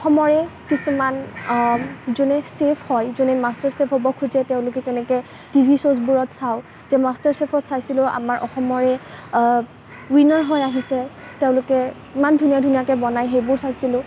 অসমৰে কিছুমান যোনে ছেফ হয় যোনে মাষ্টাৰ চেফ হ'ব খোজে তেওঁলোকে তেনেকে টিভি শ্ৱ'চবোৰত চাওঁ যে মাষ্টাৰ চেফত চাইছিলোঁ আমাৰ অসমৰে উইনাৰ হৈ আহিছে তেওঁলোকে ইমান ধুনীয়া ধুনীয়াকৈ বনায় সেইবোৰ চাইছিলোঁ